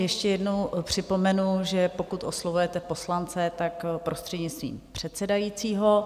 Ještě jednou připomenu, že pokud oslovujete poslance, tak prostřednictvím předsedajícího.